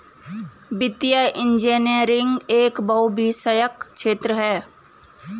वित्तीय इंजीनियरिंग एक बहुविषयक क्षेत्र है